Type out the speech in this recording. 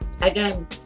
again